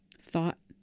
Thought